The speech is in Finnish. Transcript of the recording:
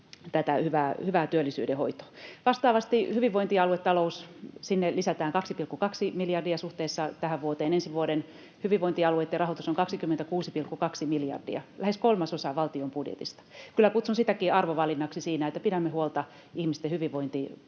hyvää työllisyyden hoitoa. Vastaavasti hyvinvointialuetalouteen lisätään 2,2 miljardia suhteessa tähän vuoteen. Ensi vuoden hyvinvointialueitten rahoitus on 26,2 miljardia, lähes kolmasosa valtion budjetista. Kyllä kutsun sitäkin arvovalinnaksi siinä, että pidämme huolta ihmisten hyvinvointipalveluista